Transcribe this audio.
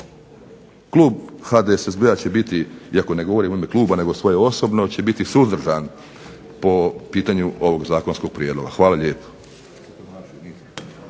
Klub HDSSB-a će biti, iako ne govorim u ime kluba, nego svoje osobno, će biti suzdržan po pitanju ovog zakonskog prijedloga. Hvala lijepo.